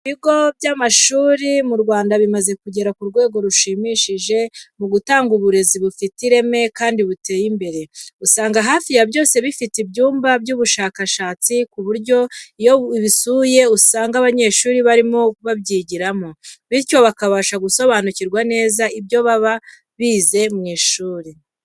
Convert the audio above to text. Ibigo by'amashuri byinshi mu Rwanda bimaze kugera ku rwego rushimishije mu gutanga uburezi bufite ireme kandi buteye imbere. Usanga hafi ya byose bifite ibyumba by'ubushakashatsi ku buryo iyo ubisuye usanga abanyeshuri barimo babyigiramo, bityo bakabasha gusobanukirwa neza ibyo baba bize mu ishuri.